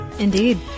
Indeed